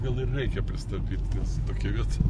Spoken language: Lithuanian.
gal ir reikia pristabdyt nes tokia vieta